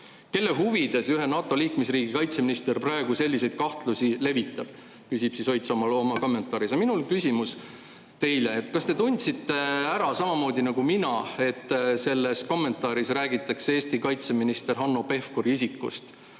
Kelle huvides ühe NATO liikmesriigi kaitseminister praegu selliseid kahtlusi levitab?" Seda küsib Oidsalu oma kommentaaris. Aga minul on küsimus teile, et kas te tundsite ära samamoodi nagu mina, et selles kommentaaris räägitakse Eesti kaitseministri Hanno Pevkuri isikust.